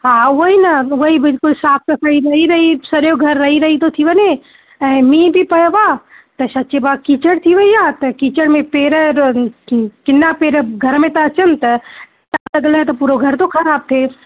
हा उअई न उअई बिल्कुलु साफ़ु सफ़ाई रही रही सॼो घर रही रही थो थी वञे ऐं मींहुं बि पियो आहे त छा चइबो आहे कीचड़ थी वेई आहे त कीचड़ में पेर किना पेर घर में था अचनि त अॻिले जो त पूरो घर थो ख़राबु थिए